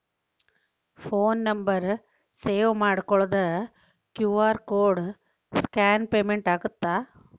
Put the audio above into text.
Phone number save ಮಾಡಿಕೊಳ್ಳದ QR code scan payment ಆಗತ್ತಾ?